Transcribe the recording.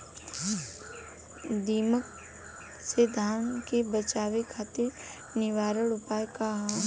दिमक से धान के बचावे खातिर निवारक उपाय का ह?